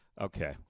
okay